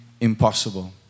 impossible